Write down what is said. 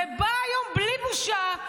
הוא בא היום בלי בושה,